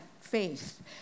faith